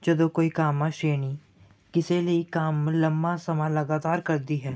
ਜਦੋਂ ਕੋਈ ਕਾਮਾ ਸ਼੍ਰੇਣੀ ਕਿਸੇ ਲਈ ਕੰਮ ਲੰਮਾ ਸਮਾਂ ਲਗਾਤਾਰ ਕਰਦੀ ਹੈ